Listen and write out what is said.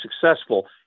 successful